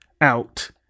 out